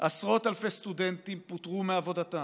עשרות אלפי סטודנטים פוטרו מעבודתם,